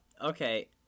Okay